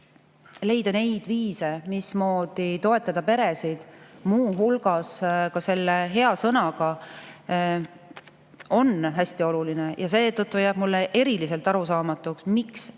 Leida neid viise, mismoodi toetada peresid, muu hulgas ka hea sõnaga, on hästi oluline. Seetõttu jääb mulle eriliselt arusaamatuks, miks üritab